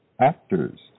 Actors